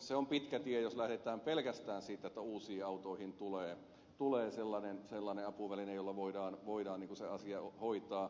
se on pitkä tie jos lähdetään pelkästään siitä että uusiin autoihin tulee sellainen apuväline jolla voidaan se asia hoitaa